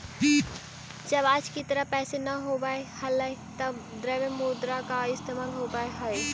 जब आज की तरह पैसे न होवअ हलइ तब द्रव्य मुद्रा का इस्तेमाल होवअ हई